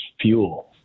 fuel